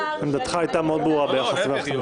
עמדתך הייתה מאוד ברורה ביחס למערכת המשפט.